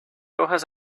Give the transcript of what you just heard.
hojas